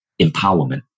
empowerment